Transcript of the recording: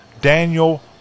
Daniel